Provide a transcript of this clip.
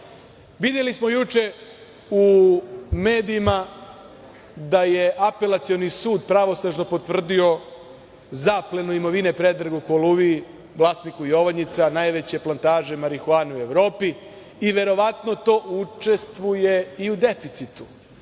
Videli smo juče u medijima da je Apelacioni sud pravosnažno potvrdio zaplenu imovine Predragu Koluviji, vlasniku „Jovanjica“, najveće plantaže marihuane u Evropi i verovatno to učestvuje i u deficitu. Ne